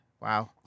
Wow